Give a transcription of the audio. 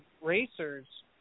racers